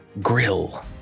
grill